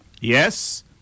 Yes